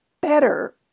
better